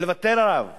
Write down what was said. ולוותר עליו